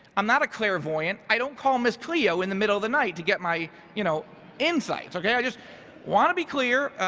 i'm not a clairvoyant. i don't call ms. cleo in the middle of the night to get my you know insights. okay. i just wanna be clear.